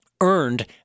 earned